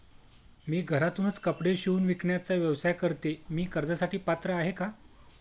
मी घरातूनच कपडे शिवून विकण्याचा व्यवसाय करते, मी कर्जासाठी पात्र आहे का?